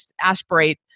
aspirate